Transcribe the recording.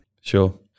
Sure